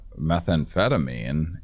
methamphetamine